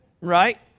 Right